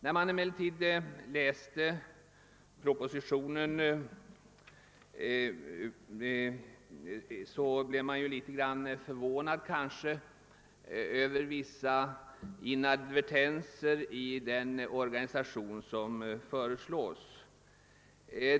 När jag läste propositionen blev jag emellertid litet förvånad över vissa inadvertenser i den organisation som föreslås.